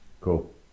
Cool